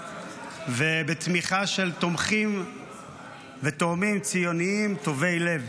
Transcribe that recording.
ובתמיכה של תומכים ותורמים ציוניים טובי לב.